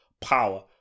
power